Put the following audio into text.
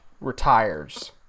retires